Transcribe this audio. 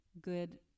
good